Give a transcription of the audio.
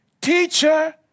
teacher